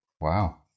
wow